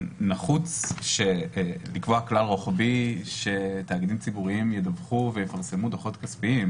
שנחוץ לקבוע כלל רוחבי שתאגידים ציבוריים ידווחו ויפרסמו דוחות כספיים.